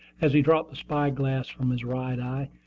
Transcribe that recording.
as he dropped the spy-glass from his right eye.